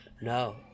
No